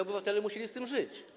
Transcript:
Obywatele musieli z tym żyć.